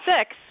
six